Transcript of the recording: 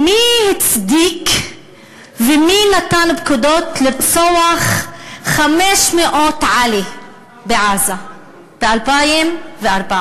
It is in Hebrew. מי הצדיק ומי נתן פקודות לרצוח 500 עלי בעזה ב-2014?